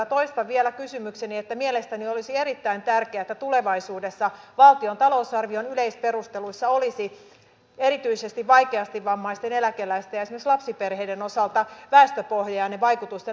ja toistan vielä että mielestäni olisi erittäin tärkeää että tulevaisuudessa valtion talousarvion yleisperusteluissa olisi erityisesti vaikeasti vammaisten eläkeläisten ja esimerkiksi lapsiperheiden osalta väestöpohjainen vaikutusten arviointi